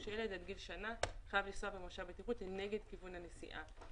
שילד עד גיל שנה חייב לנסוע במושב בטיחות כנגד כיוון הנסיעה.